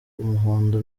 umuhondo